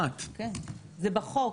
זה אוטומט, זה בחוק.